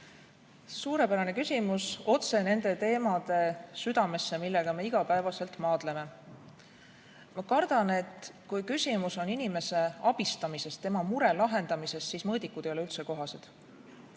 Suurepärane küsimus otse nende teemade südamesse, millega me igapäevaselt maadleme. Ma kardan, et kui küsimus on inimese abistamises, tema mure lahendamises, siis mõõdikud ei ole üldse kohased. New